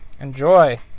Enjoy